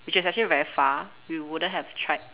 which is actually very far we wouldn't have tried